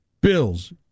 Bills